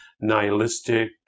nihilistic